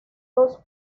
dos